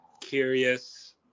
curious